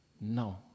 no